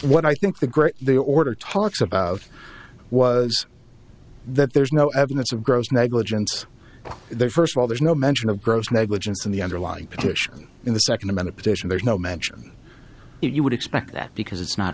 what i think the great the order talks about was that there's no evidence of gross negligence first of all there's no mention of gross negligence in the underlying petition in the second a minute petition there's no mention if you would expect that because it's not